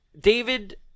David